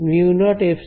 μ0ε0 এখানে free space